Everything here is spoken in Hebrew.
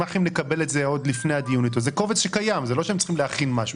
זה קובץ שקיים, זה לא שהם צריכים להכין משהו.